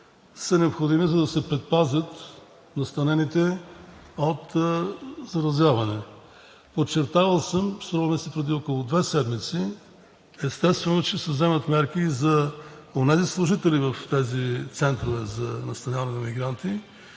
са необходими, за да се предпазят настанените от заразяване. Подчертавал съм, струва ми се, преди около две седмици, естествено, че се вземат мерки за онези служители в тези центрове за настаняване на мигранти,